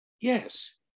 yes